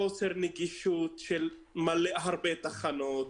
חוסר נגישות של הרבה תחנות,